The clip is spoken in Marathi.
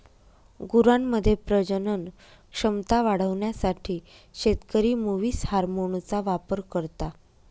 गुरांमध्ये प्रजनन क्षमता वाढवण्यासाठी शेतकरी मुवीस हार्मोनचा वापर करता